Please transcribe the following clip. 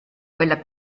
quella